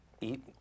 eat